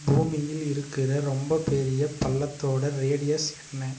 பூமியில் இருக்கிற ரொம்பப் பெரிய பள்ளத்தோட ரேடியஸ் என்ன